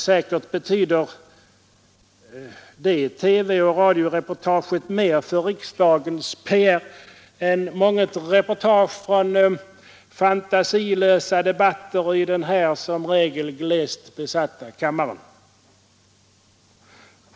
Säkert betyder det TV och radioreportaget mera för riksdagens PR än månget reportage från fantasilösa debatter denna som regel glest besatta kammaren.